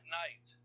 night